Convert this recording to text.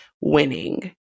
winning